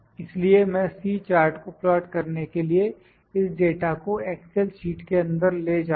इसलिए मैं C chart को प्लाट करने के लिए इस डाटा को एक्सेल शीट के अंदर ले जाऊँगा